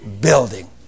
building